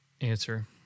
answer